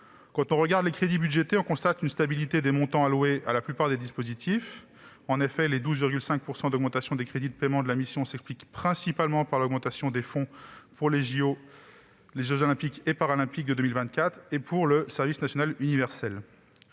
Quand on regarde les crédits budgétés, on constate une stabilité des montants alloués à la plupart des dispositifs. En effet, la hausse de 12,5 % des crédits de paiement de la mission s'explique principalement par l'augmentation des fonds pour les jeux Olympiques et Paralympiques de 2024 et pour le service national universel.